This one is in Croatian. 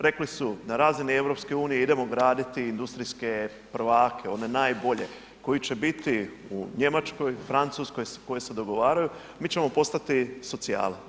Rekli su na razini EU idemo graditi industrijske prvake, one najbolje koji će biti u Njemačkoj, Francuskoj, koje se dogovaraju, mi ćemo postati socijala.